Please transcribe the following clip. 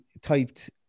typed